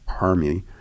army